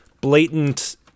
blatant